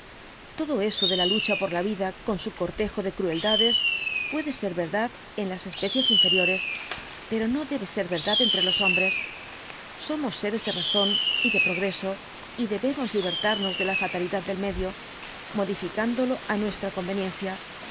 todo eso de la lucha por la vida con su cortejo de crueldades puede ser verdad en las especies inferiores pero no debe ser verdad entre lo hombres somos seres de razón y de progreso y debemos libertarnos de la fatalidad del medio modificándolo á nuestra conveniencia